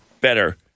better